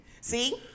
See